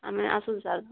ଆମେ ଆସୁଛୁ ସାର୍